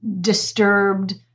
disturbed